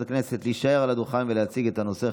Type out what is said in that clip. הכנסת להישאר על הדוכן ולהציג את הנושא.